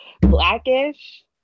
Blackish